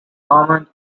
armand